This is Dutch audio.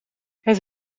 het